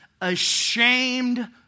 ashamed